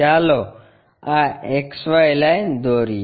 ચાલો આ XY line દોરીએ